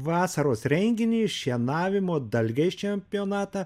vasaros renginį šienavimo dalgiais čempionatą